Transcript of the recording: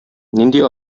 нинди